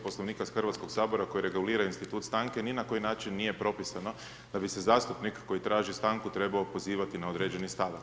Poslovnika Hrvatskog sabora, koji regulira institut stanke, ni na koji način nije propisano da bi se zastupnik koji traži stanku, trebao pozivati na određeni stavak.